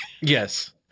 Yes